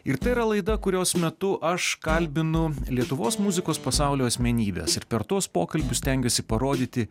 ir tai yra laida kurios metu aš kalbinu lietuvos muzikos pasaulio asmenybes ir per tuos pokalbius stengiuosi parodyti